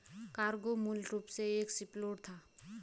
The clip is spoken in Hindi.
कार्गो मूल रूप से एक शिपलोड था